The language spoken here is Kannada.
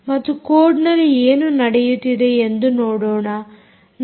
ಮತ್ತು ಕೋಡ್ನಲ್ಲಿ ಏನು ನಡೆಯುತ್ತಿದೆ ಎಂದು ನೋಡೋಣ